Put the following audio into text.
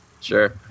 Sure